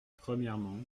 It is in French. premièrement